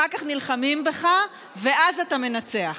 אחר כך נלחמים בך ואז אתה מנצח.